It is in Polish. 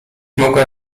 mogła